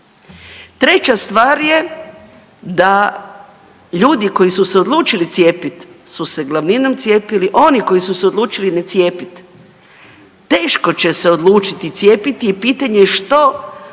Treća stvar je da ljudi koji su se odlučili cijepiti su se glavninom cijepili, oni koji su se odlučili ne cijepiti, teško će se odlučiti cijepiti i pitanje je što